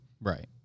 Right